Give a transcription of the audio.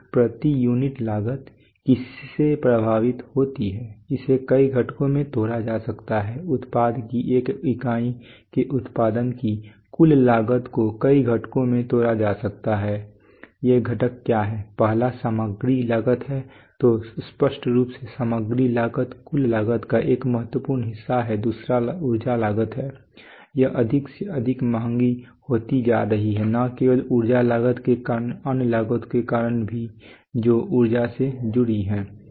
तो प्रति यूनिट लागत किससे प्रभावित होती है इसे कई घटकों में तोड़ा जा सकता है उत्पाद की एक इकाई के उत्पादन की कुल लागत को कई घटकों में तोड़ा जा सकता है ये घटक क्या हैं पहला सामग्री लागत है तो स्पष्ट रूप से सामग्री लागत कुल लागत का एक महत्वपूर्ण हिस्सा है दूसरा ऊर्जा लागत है यह अधिक से अधिक महंगी होती जा रही है न केवल ऊर्जा लागत के कारण अन्य लागतों के कारण भी जो ऊर्जा से जुड़ी हैं